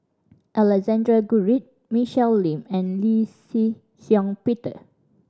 Alexander Guthrie Michelle Lim and Lee Shih Shiong Peter